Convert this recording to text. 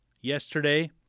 yesterday